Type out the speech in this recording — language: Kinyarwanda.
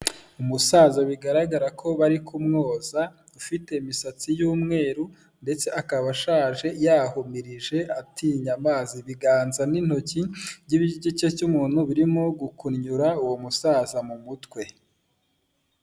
Umusaza bigaragara ko bari kumwoza ufite imisatsi y'umweru ndetse akaba ashaje yahumirije atinya amazi, ibiganza n'intoki by'igice cy'umuntu birimo gukunnyura uwo musaza mu mutwe.